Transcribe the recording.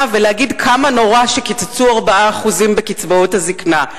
ולהגיד כמה נורא שקיצצו 4% בקצבאות הזיקנה,